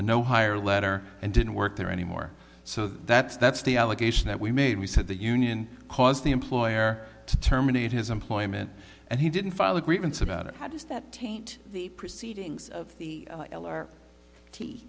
a no higher letter and didn't work there anymore so that's that's the allegation that we made we said the union caused the employer to terminate his employment and he didn't file a grievance about it how does that taint the proceedings of the l